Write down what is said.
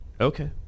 Okay